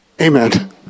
Amen